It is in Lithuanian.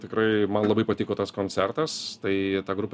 tikrai man labai patiko tas koncertas tai ta grupė